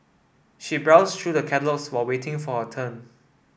she browsed through the catalogues while waiting for her turn